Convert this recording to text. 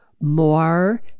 more